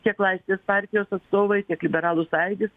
tiek laisvės partijos atstovai tiek liberalų sąjūdis